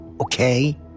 okay